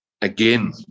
again